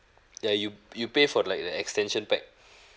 ya you you pay for the like the extension pack